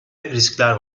riskler